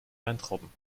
weintrauben